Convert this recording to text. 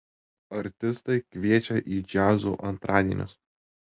artistai kviečia į džiazo antradienius